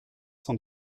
sont